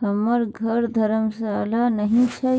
हमर घर धर्मशाला नहि छै